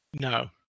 No